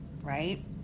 right